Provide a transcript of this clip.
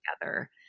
together